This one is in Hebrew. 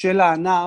של הענף,